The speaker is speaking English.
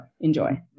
Enjoy